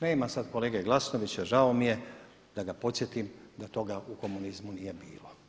Nema sada kolege Glasnovića, žao mi je da ga podsjetim da toga u komunizmu nije bilo.